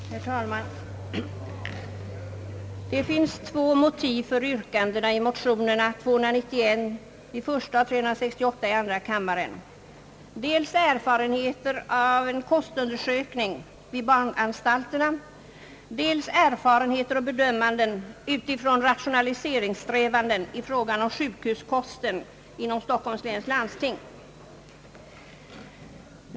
Herr talman! Det finns två motiv för yrkandena i motionerna TI1:291 och 11:368, dels erfarenheter av en kostundersökning vid barnanstalterna, dels erfarenheter och bedömanden utifrån rationaliseringssträvanden i fråga om sjukhuskosten inom Stockholms läns landsting.